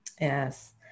yes